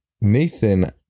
Nathan